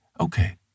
okay